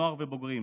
נוער ובוגרים.